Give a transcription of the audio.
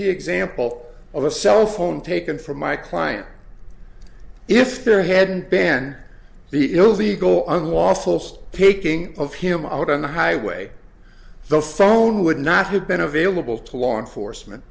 the example of a cell phone taken from my client if there hadn't been the illegal on last post taking of him out on the highway the phone would not have been available to law enforcement